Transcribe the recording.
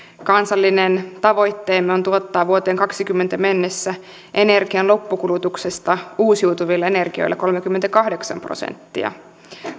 kansallinen tavoitteemme on tuottaa vuoteen kahdessakymmenessä mennessä energian loppukulutuksesta uusiutuvilla energioilla kolmekymmentäkahdeksan prosenttia